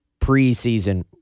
preseason